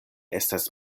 estas